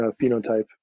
phenotype